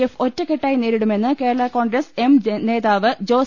F ഒറ്റക്കെട്ടായി നേരി ടുമെന്ന് കേരള കോൺഗ്രസ് എം നേതാവ് ജോസ്